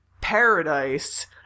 Paradise